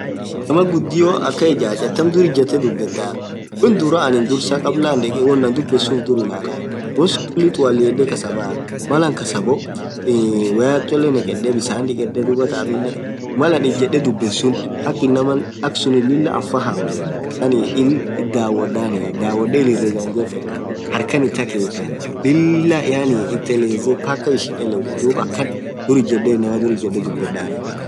Inamaa ghudio akhan ijaju atam dhurr ijethee dhubethaa won dhura anin dhursaa kabla anin hidhek won anin dhubedhe suun uff dhur ilalah wonsun khulii tualiedhe kasabaaa Mal anin kasaboo iii woya akha chole nikhedhe bisan dhikedhe dhuathan aminen Mal anin ijedhe dhubedh suun akha inamaa akhsunin Lilah anafahamaa illi dhawodhani dhawodhen illi irra jefedhu harkhan ith akekhaa Lilah yaani ith elezee mpka ishin elewithu dhub akhan inamaa dhur ijedhe dhubedhaa